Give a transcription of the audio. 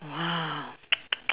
!wah!